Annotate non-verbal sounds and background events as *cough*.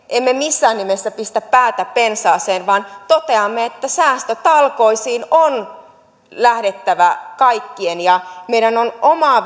emme missään nimessä pistä päätä pensaaseen vaan toteamme että säästötalkoisiin on kaikkien lähdettävä ja meidän on omaa *unintelligible*